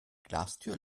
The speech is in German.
glastür